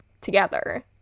together